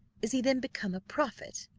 is he then become a prophet,